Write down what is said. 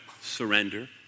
surrender